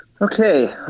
Okay